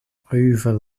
over